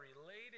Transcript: related